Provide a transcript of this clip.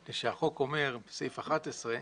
מפני שהחוק אומר, סעיף 11,